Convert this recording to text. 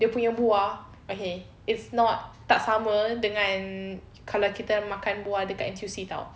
dia punya buah okay it's not tak sama dengan kalau kita makan buah dekat N_T_U_C [tau]